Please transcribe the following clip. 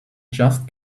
just